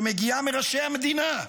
ש"מגיעה מראשי המדינה.